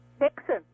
Nixon